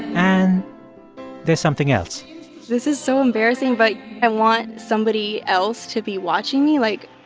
and there's something else this is so embarrassing, but i want somebody else to be watching me. like,